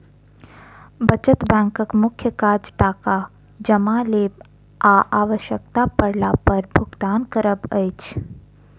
बचत बैंकक मुख्य काज टाका जमा लेब आ आवश्यता पड़ला पर भुगतान करब अछि